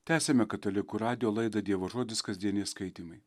tęsiame katalikų radijo laidą dievo žodis kasdieniai skaitymai